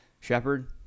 Shepard